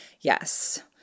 Yes